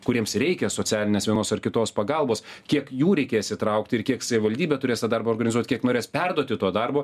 kuriems reikia socialines vienos ar kitos pagalbos kiek jų reikės įtraukti ir kiek savivaldybė turės tą darbo organizuot kiek norės perduoti to darbo